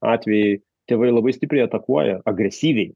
atvejai tėvai labai stipriai atakuoja agresyviai